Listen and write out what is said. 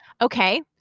Okay